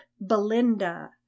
belinda